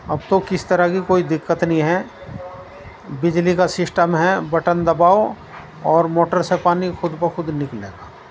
اب تو کس طرح کی کوئی دقت نہیں ہے بجلی کا سسٹم ہے بٹن دباؤ اور موٹر سے پانی خود بخود نکلے گا